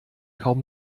kaum